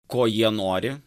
ko jie nori